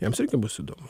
jums irgi bus įdomu